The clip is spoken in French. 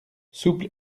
souple